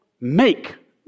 make